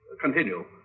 Continue